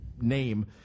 name